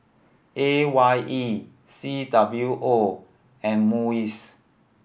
A Y E C W O and MUIS